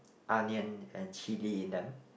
onion and chili in them